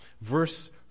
verse